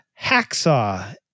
Hacksaw